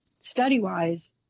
study-wise